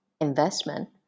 investment